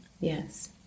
Yes